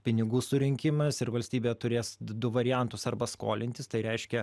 pinigų surinkimas ir valstybė turės du variantus arba skolintis tai reiškia